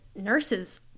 nurses